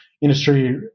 industry